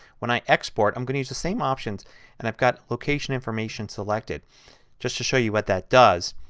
when i export i'm going to use the same options and i've got location information selected just to show you what that does.